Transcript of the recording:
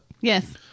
Yes